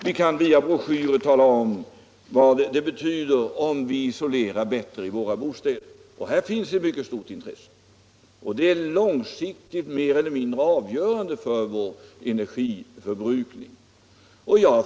Vi kan via broschyrer tala om vad det betyder om man isolerar bättre i bostäderna. Här finns också ett mycket stort intresse, och det är långsiktigt mer eller mindre avgörande för vår energiförbrukning att vi vidtar åtgärder i detta avseende.